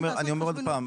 אני אומר עוד פעם,